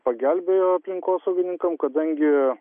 pagelbėjo aplinkosaugininkam kadangi